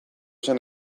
zen